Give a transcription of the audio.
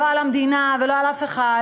לא על המדינה ולא על אף אחד,